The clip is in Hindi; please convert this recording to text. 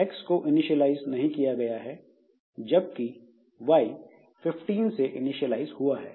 X को इनिशियलाइज नहीं किया गया है जबकि y 15 से इनिशियलाइज हुआ है